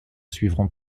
suivront